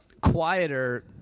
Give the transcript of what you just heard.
quieter